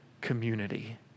community